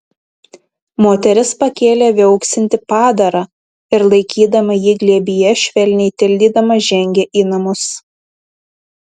moteris pakėlė viauksintį padarą ir laikydama jį glėbyje švelniai tildydama žengė į namus